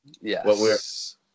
Yes